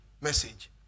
message